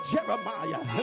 Jeremiah